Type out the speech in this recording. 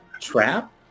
trap